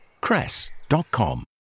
cress.com